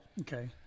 Okay